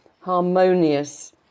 harmonious